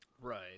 Right